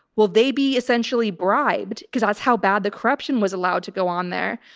will they be essentially bribed, because that's how bad the corruption was allowed to go on there,